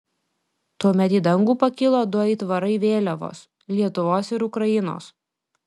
tuomet į dangų pakilo du aitvarai vėliavos lietuvos ir ukrainos